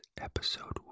episode